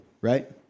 right